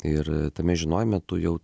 ir tame žinojome tu jau